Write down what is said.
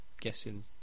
guessing